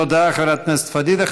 תודה לחברת הכנסת פדידה.